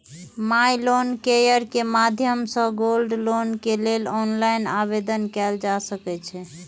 माइ loan care के माध्यम सं गोल्ड लोन के लेल ऑनलाइन आवेदन कैल जा सकै छै